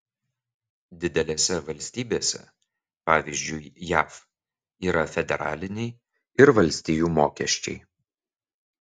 didelėse valstybėse pavyzdžiui jav yra federaliniai ir valstijų mokesčiai